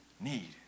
need